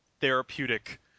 therapeutic